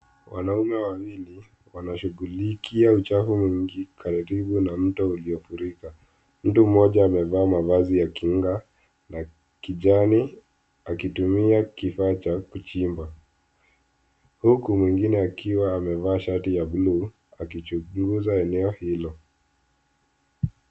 Wanaume wawili wanashughulikia uchafu mwingi karibu na mto uliofurika. Mtu mmoja amevaa mavazi ya kinga na kijani akitumia kifaa cha kuchimba huku mwengine akiwa amevaa shati ya buluu akichunguza eneo hilo.